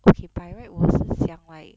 okay by right 我是想 like